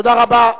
תודה רבה.